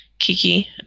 Kiki